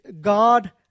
God